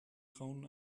grauen